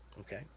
okay